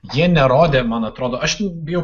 jie nerodė man atrodo aš bijau